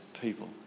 people